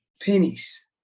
pennies